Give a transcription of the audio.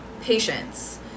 patience